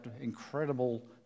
incredible